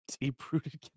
Deep-rooted